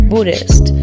Buddhist